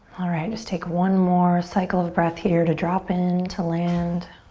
alright, just take one more cycle of breath here to drop in, to land.